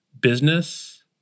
business